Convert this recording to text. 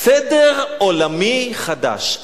סדר עולמי חדש.